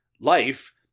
life